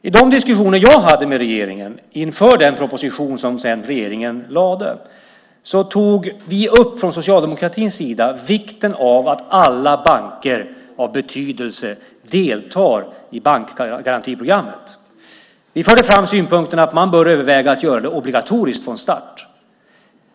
I de diskussioner jag hade med regeringen inför den proposition som regeringen sedan lade fram tog vi från socialdemokratins sida upp vikten av att alla banker av betydelse deltar i bankgarantiprogrammet. Vi förde fram synpunkten att man bör överväga att göra det obligatoriskt från start.